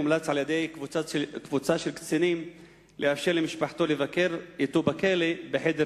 הומלץ על-ידי קבוצה של קצינים לאפשר למשפחתו לבקר אותו בכלא בחדר פתוח.